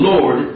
Lord